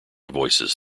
voices